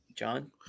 John